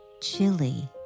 chili